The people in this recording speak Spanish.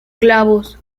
clavos